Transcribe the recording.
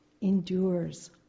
endures